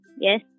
Yes